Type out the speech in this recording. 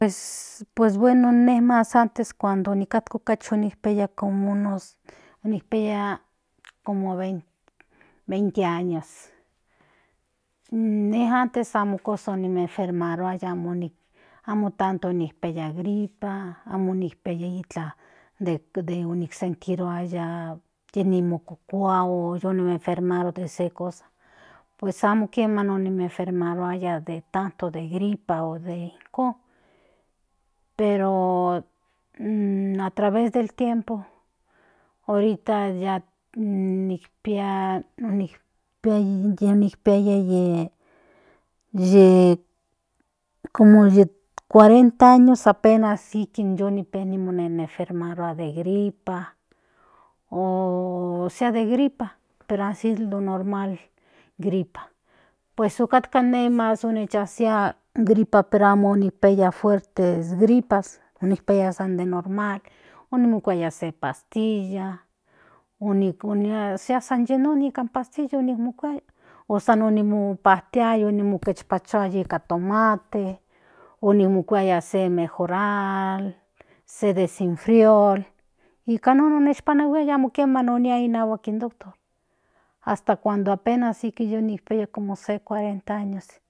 Pues bueno ine mas antes cuando nikajka cuando nikpiaya como unos 20 años ine antes amo kosa homoenfermaruaya amo tanto onikpiaya gripa amo tanto de osentiruaya yi no mokukua o yi ni enfermaros de okse kosa puesamo kiema homoenfermaruaya de tanto de gripa o de ijkon pero atraves del tiempo ahorita ya onikpia onikpaiya de ye como 40 años ikin yio mopiaya de menfermarua de gripa o de gripa ósea de gripa de normal pues otkatka ne mas ochazia gripa pero amo nikpiaya fuerte gripa onikpiaya san den normal onimokuaya se pstilla ósea san yi non ósea mopajtiaya ijkonnikikpachoaya nika jitomate onimokuaya se mejoral se desenfriol nika non onkpanahuaia amo kiema mohuaia nika iin doctor hasta cuando apenas ikn mo kuaia 40 años.